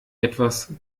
etwas